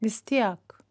vis tiek